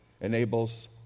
enables